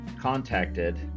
contacted